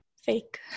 fake